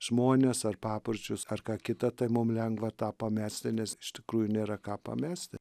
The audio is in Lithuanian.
žmones ar papročius ar ką kitą tai mum lengva tą pamesti nes iš tikrųjų nėra ką pamesti